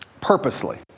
purposely